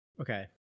okay